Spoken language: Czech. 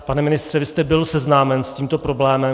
Pane ministře, vy jste byl seznámen s tímto problémem.